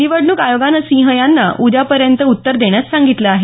निवडणूक आयोगानं सिंह यांना उद्यापर्यंत उत्तर देण्यास सांगितलं आहे